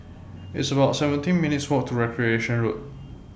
It's about seventeen minutes' Walk to Recreation Road